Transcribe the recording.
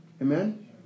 Amen